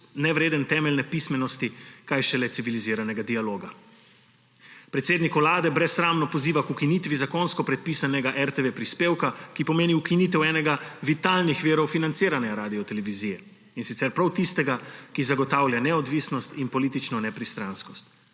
nevreden temeljne pismenosti, kaj šele civiliziranega dialoga. Predsednik Vlade brezsramno poziva k ukinitvi zakonsko predpisanega RTV-prispevka, ki pomeni ukinitev enega vitalnih virov financiranja Radiotelevizije, in sicer prav tistega, ki zagotavlja neodvisnost in politično nepristranskost.